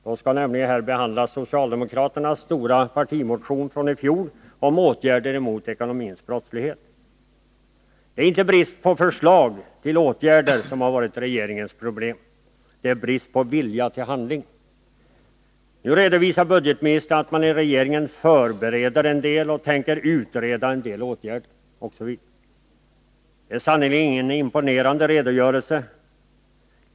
Då skall nämligen socialdemokraternas stora partimotion från i fjol om åtgärder mot den ekonomiska brottsligheten behandlas här i kammaren. Det är inte brist på förslag till åtgärder som varit regeringens problem. Det är brist på vilja till handling. Nu redovisar budgetministern att man i regeringen förbereder en del åtgärder, att man tänker utreda en del åtgärder osv. Det är sannerligen ingen imponerande redogörelse.